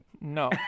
No